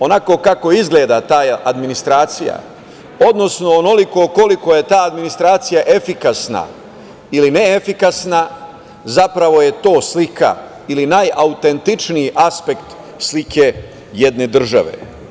Onako kako izgleda ta administracija, odnosno onoliko koliko je ta administracija efikasna ili neefikasna, zapravo je to slika ili najautentičniji aspekt slike jedne države.